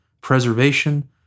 preservation